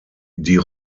die